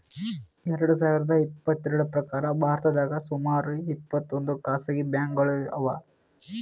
ಎರಡ ಸಾವಿರದ್ ಇಪ್ಪತ್ತೆರಡ್ರ್ ಪ್ರಕಾರ್ ಭಾರತದಾಗ್ ಸುಮಾರ್ ಇಪ್ಪತ್ತೊಂದ್ ಖಾಸಗಿ ಬ್ಯಾಂಕ್ಗೋಳು ಅವಾ